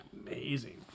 amazing